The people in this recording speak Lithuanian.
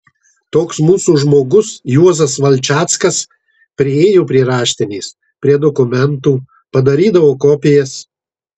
toks mūsų žmogus juozas valčackas priėjo prie raštinės prie dokumentų padarydavo kopijas